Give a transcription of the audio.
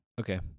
Okay